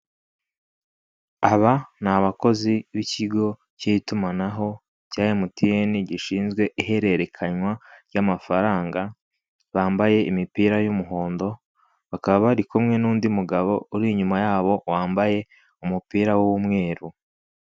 Aba ni abakozi b'ikigo k'itumanaho cya emutiyeni gishinzwe ihererekanywa ry'amagaranga bambaye imipira y'imihondo, bakaba bari kumwe n'undi mugabo uri inyuma yabo wambaye umupira w'umweru.